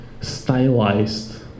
stylized